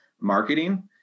marketing